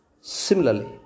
Similarly